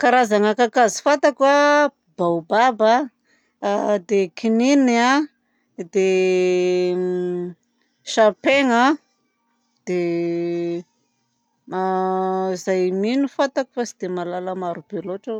Karazana kakazo fantako a baobab dia kininina dia sapegna a dia. Zay mi fantako fa tsy dia mahalala marobe loatra aho.